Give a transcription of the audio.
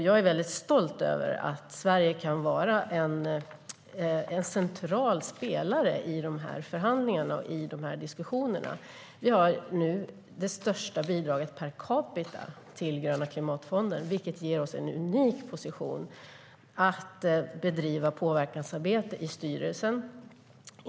Jag är väldigt stolt över att Sverige kan vara en central spelare i de här förhandlingarna och diskussionerna. Vi har nu det största bidraget per capita till Gröna klimatfonden, vilket ger oss en unik position att bedriva påverkansarbete i styrelsen.